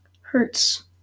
hurts